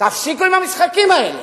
תפסיקו עם המשחקים האלה.